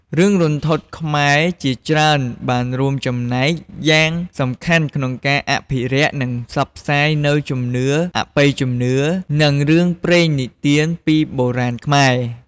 រឿងរន្ធត់ខ្មែរជាច្រើនបានចូលរួមចំណែកយ៉ាងសំខាន់ក្នុងការអភិរក្ស និងផ្សព្វផ្សាយនូវជំនឿ អបិយជំនឿ និងរឿងព្រេងនិទានពីដូនតាខ្មែរ។